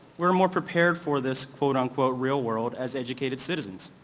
we're more prepared for this quote on quote real world as educated citizens.